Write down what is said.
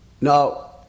Now